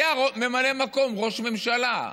היה ממלא מקום ראש ממשלה.